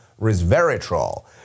resveratrol